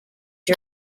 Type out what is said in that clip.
you